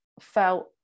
felt